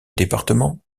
département